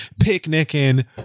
picnicking